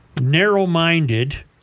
narrow-minded